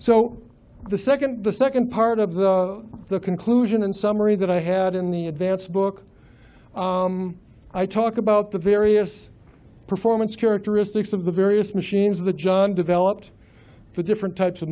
so the second the second part of that the conclusion and summary that i had in the advanced book i talk about the various performance characteristics of the various machines the john developed the different types of